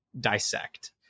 dissect